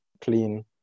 clean